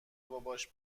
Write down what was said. باباش